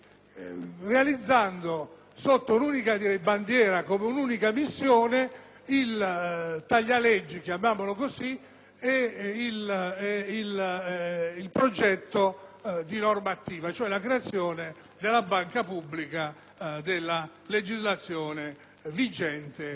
realizzare, sotto un'unica bandiera, con una sola missione, il cosiddetto taglia-leggi e il progetto «Normattiva», cioè la creazione della banca pubblica della legislazione vigente